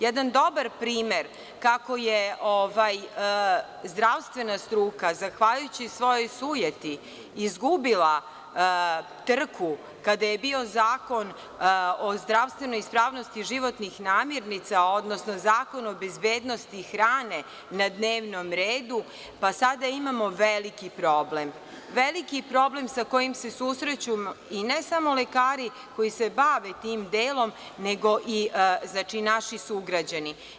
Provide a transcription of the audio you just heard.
Jedan dobar primer kako je zdravstvena struka zahvaljujući svojoj sujeti izgubila trku kada je bio Zakon o zdravstvenoj ispravnosti životnih namirnica, odnosno Zakon o bezbednosti hrane na dnevnom redu, pa sada imamo veliki problem, veliki problem sa kojim se susreću ne samo lekari koji se bave tim delom, nego i naši sugrađani.